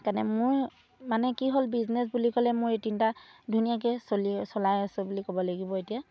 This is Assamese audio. সেইকাৰণে মোৰ মানে কি হ'ল বিজনেছ বুলি ক'লে মোৰ এই তিনিটা ধুনীয়াকৈ চলি চলাই আছো বুলি ক'ব লাগিব এতিয়া